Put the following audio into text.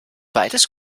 beides